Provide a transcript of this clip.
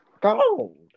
gold